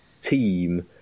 team